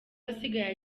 asigaye